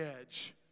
edge